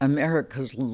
America's